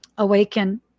Awaken